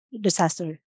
disaster